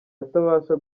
atabasha